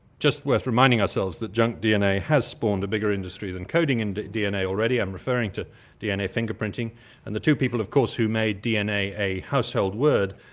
just worth reminding ourselves that junk dna has spawned a bigger industry than coding and dna already-i'm referred to dna finger-printing-and and the two people of course who made dna a household word